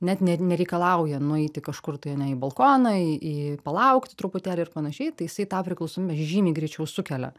net ne nereikalauja nueiti kažkur tai ane į balkoną į į palaukt truputėlį ir panašiai tai jisai tą priklausomybę žymiai greičiau sukelia